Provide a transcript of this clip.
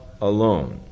alone